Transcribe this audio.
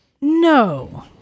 no